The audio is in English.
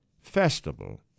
Festival